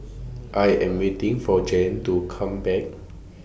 I Am waiting For Jan to Come Back